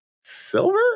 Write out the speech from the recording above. silver